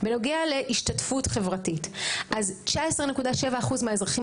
בנוגע להשתתפות חברתית: 19.7 אחוז מהאזרחים